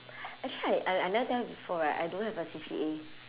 actually I I I never tell you before right I don't have a C_C_A